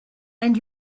and